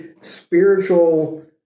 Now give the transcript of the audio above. spiritual